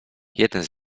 jeden